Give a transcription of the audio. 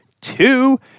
two